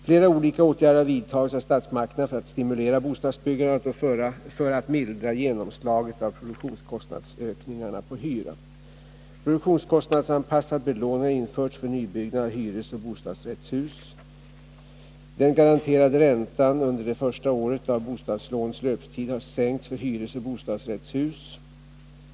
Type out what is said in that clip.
Flera olika åtgärder har vidtagits av statsmakterna för att stimulera bostadsbyggandet och för att mildra genomslaget av produktionskostnadsökningarna på hyran. Produktionskostnadsanpassad belåning har införts för nybyggnad av hyresoch bostadsrättshus .